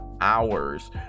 hours